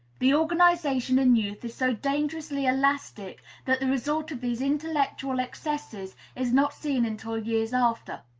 the organization in youth is so dangerously elastic that the result of these intellectual excesses is not seen until years after.